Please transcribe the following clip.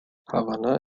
havanna